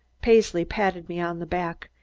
paisley patted me on the back.